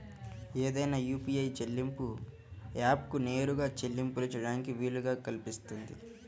ఏదైనా యూ.పీ.ఐ చెల్లింపు యాప్కు నేరుగా చెల్లింపులు చేయడానికి వీలు కల్పిస్తుంది